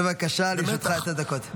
בבקשה, לרשותך עשר דקות.